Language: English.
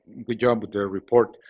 good job with the report.